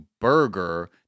burger